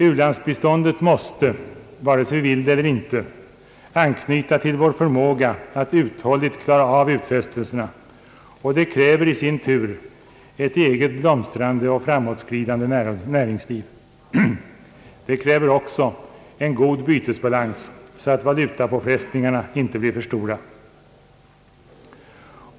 U-landsbiståndet måste, vare sig vi vill det eller inte, anknyta till vår förmåga att uthålligt klara av utfästelserna, och detta kräver i sin tur ett blomstrande och framåtskridande näringsliv här hemma. Det kräver också en god bytesbalans, så att valutapåfrestningarna inte blir för stora.